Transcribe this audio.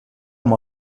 amb